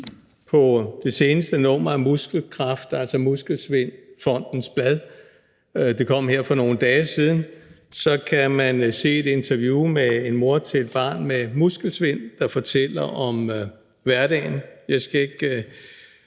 på det seneste nummer af Muskelkraft, altså Muskelsvindfondens blad, som kom her for nogle dage siden, kan man se et interview med en mor til et barn med muskelsvind, der fortæller om hverdagen. Jeg skal ikke